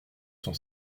son